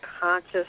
conscious